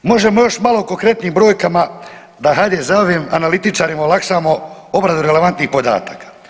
Možemo još malo o konkretnim brojkama da HDZ-ovim analitičarima olakšamo obradu relevantnih podataka.